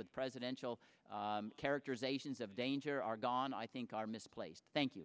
with presidential characterizations of danger are gone i think are misplaced thank you